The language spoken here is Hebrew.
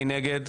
מי נגד?